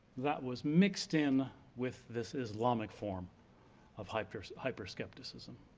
that was mixed in with this islamic form of hyper hyper skepticism.